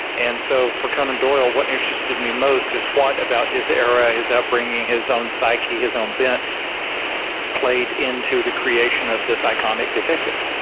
and so for conan doyle, what needs just suited me most is what about his era, his upbringing, his own psyche, his own bent played into the creation of this iconic detective.